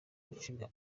gucibwa